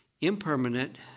impermanent